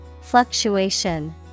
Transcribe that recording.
Fluctuation